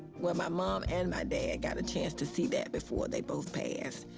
well, my mom and my dad got a chance to see that before they both passed.